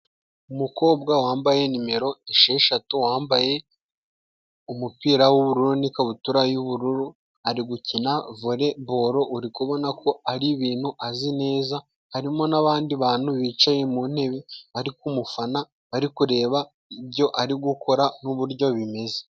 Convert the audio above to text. Umukobwa wambaye nimero esheshatu, wambaye umupira w'ubururu n'ikabutura y'ubururu, ari gukina volebolo. Uri kubonako ari ibintu azi neza, harimo n'abandi bantu bicaye mu ntebe bari kumufana, bari kureba ibyo ari gukora, n'uburyo bimeze.